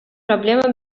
проблема